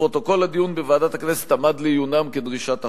ופרוטוקול הדיון בוועדת הכנסת עמד לעיונם כדרישת החוק.